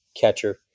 catcher